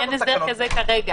כי אין הסדר כזה כרגע.